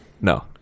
No